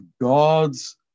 God's